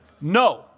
No